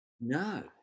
No